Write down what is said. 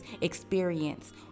experience